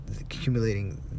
accumulating